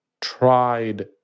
tried